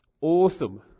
Awesome